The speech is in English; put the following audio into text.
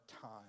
time